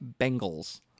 Bengals